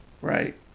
Right